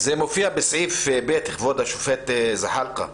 זה מופיע בסעיף (ב), כבוד השופט זחאלקה.